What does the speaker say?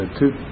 two